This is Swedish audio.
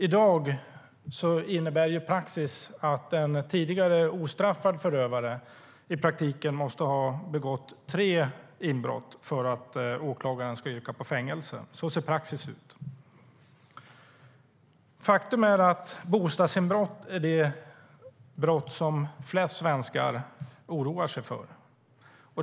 I dag är praxis sådan att en tidigare ostraffad förövare i praktiken måste ha begått tre inbrott för att åklagaren ska yrka på fängelse. Faktum är att bostadsinbrott är det brott som flest svenskar oroar sig för.